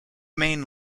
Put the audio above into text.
main